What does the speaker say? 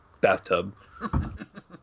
bathtub